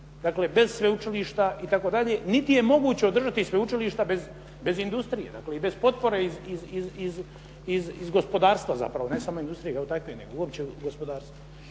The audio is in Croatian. dakle, bez sveučilišta itd., niti je moguće održati sveučilišta bez industrije, dakle, i bez potpore iz gospodarstva zapravo, ne samo industrije, nego uopće gospodarstva.